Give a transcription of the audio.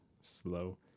Slow